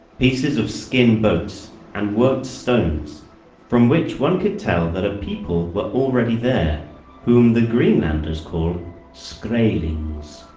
pieces of skin boats and worked stones from which one could tell that a people were already there whom the greenlanders call skraelings.